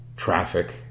traffic